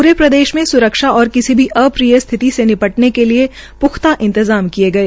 पूरे प्रदेश मे स्रक्षा और किसी अप्रिय स्थिति से निपटने के लिये प्ख्ता इंतजाम किए गए